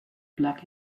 black